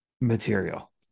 material